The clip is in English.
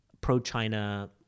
pro-China